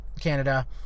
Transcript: Canada